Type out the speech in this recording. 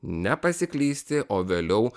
nepasiklysti o vėliau